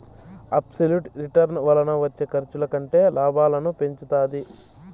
absolute return వలన వచ్చే ఖర్చుల కంటే లాభాలను పెంచుతాది